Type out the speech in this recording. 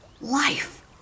Life